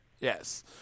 yes